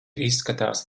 izskatās